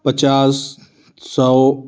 पचास सौ